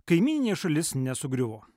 kaimyninė šalis nesugriuvo